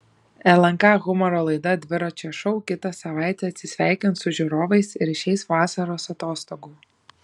lnk humoro laida dviračio šou kitą savaitę atsisveikins su žiūrovais ir išeis vasaros atostogų